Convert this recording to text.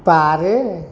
बारो